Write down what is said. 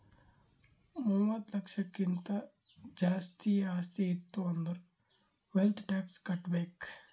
ಮೂವತ್ತ ಲಕ್ಷಕ್ಕಿಂತ್ ಜಾಸ್ತಿ ಆಸ್ತಿ ಇತ್ತು ಅಂದುರ್ ವೆಲ್ತ್ ಟ್ಯಾಕ್ಸ್ ಕಟ್ಬೇಕ್